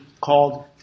called